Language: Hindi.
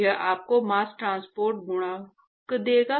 यह आपको मास्स ट्रांसपोर्ट गुणांक देगा